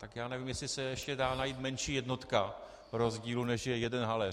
Tak nevím, jestli se ještě dá najít menší jednotka rozdílu, než je jeden haléř.